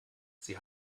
sie